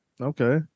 Okay